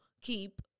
keep